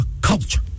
culture